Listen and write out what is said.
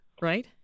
right